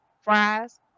fries